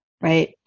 right